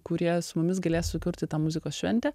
kurie su mumis galės sukurti tą muzikos šventę